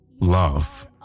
love